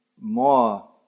more